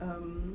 um